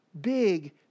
big